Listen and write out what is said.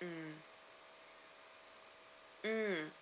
mm mm